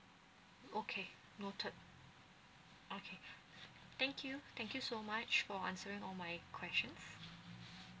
okay noted okay thank you thank you so much for answering all my question